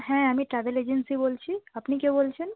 হ্যাঁ আমি travel agency বলছি আপনি কে বলছেন